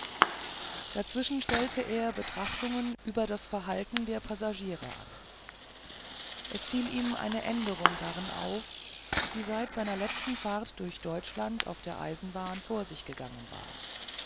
dazwischen stellte er betrachtungen über das verhalten der passagiere an es fiel ihm eine änderung darin auf die seit seiner letzten fahrt durch deutschland auf der eisenbahn vor sich gegangen war